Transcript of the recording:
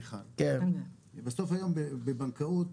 בסוף היום בבנקאות,